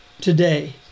today